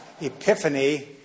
Epiphany